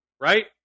right